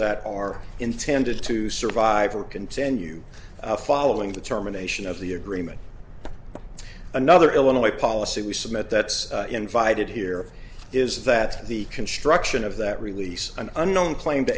that are intended to survive or continue a following determination of the agreement another illinois policy we submit that's invited here is that the construction of that release an unknown cla